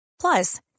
Plus